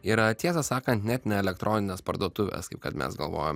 yra tiesą sakant net ne elektroninės parduotuvės kaip kad mes galvojame